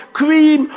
cream